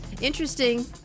Interesting